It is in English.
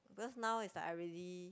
because now is like already